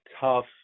tough